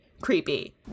creepy